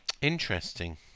Interesting